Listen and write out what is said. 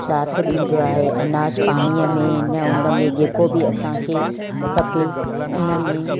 साथ ॾींदो आहे अनाज पाणीअ में हिन हुन में जेको बि असांखे खपे हुन में